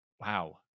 wow